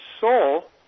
soul